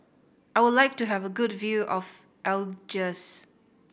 I would like to have a good view of Algiers